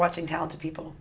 watching talented people